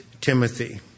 Timothy